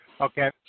Okay